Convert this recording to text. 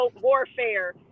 warfare